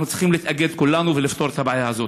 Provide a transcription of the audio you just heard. אנחנו צריכים להתאגד כולנו ולפתור את הבעיה הזאת.